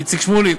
איציק שמולי.